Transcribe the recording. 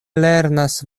lernas